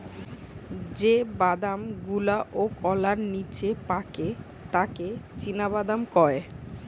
যে বাদাম গুলাওকলার নিচে পাকে তাকে চীনাবাদাম কয়